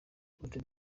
cote